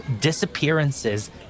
disappearances